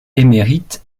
émérite